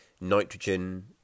nitrogen